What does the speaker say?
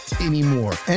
anymore